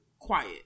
quiet